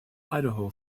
idaho